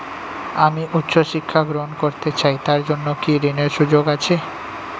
আমি উচ্চ শিক্ষা গ্রহণ করতে চাই তার জন্য কি ঋনের সুযোগ আছে?